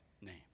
name